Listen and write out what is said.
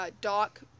Doc